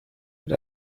mit